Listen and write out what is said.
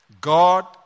God